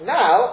now